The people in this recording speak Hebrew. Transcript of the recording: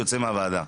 יוצא מהוועדה.